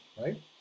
Right